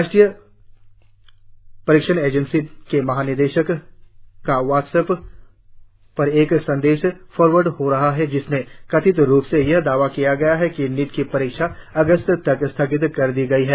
राष्ट्रीय परीक्षण एजेंसी के महानिदेशक का व्हाट्सएप पर एक संदेश फॉरवर्ड हो रहा है जिसमें कथित रूप से यह दावा किया गया है कि नीट की परीक्षा अगस्त तक स्थगित कर दी गई है